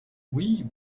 oui